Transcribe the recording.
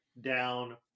down